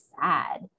sad